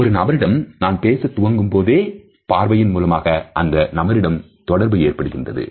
ஒரு நபரிடம் நான் பேசத் துவங்கும் போதே பார்வையின் மூலமாக அந்த நபரிடம் தொடர்பு ஏற்படுகிறது